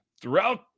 throughout